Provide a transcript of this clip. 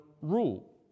rule